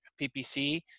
PPC